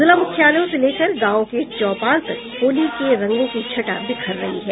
जिला मुख्यालयों से लेकर गांवों के चौपाल तक होली के रंगों की छटा बिखर रही है